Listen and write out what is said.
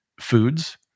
foods